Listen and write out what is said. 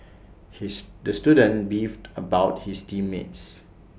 his the student beefed about his team mates